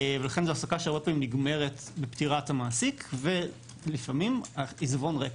ולכן זו העסקה שהרבה פעמים נגמרת בפטירת המעסיק ולפעמים העיזבון ריק,